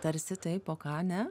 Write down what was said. tarsi taip o ką ne